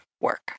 work